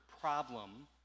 problem